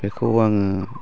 बेखौ आङो